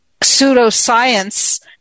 pseudoscience